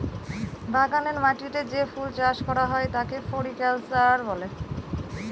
বাগানের মাটিতে যে ফুল চাষ করা হয় তাকে ফ্লোরিকালচার বলে